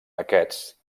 aquests